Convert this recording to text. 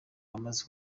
bamaze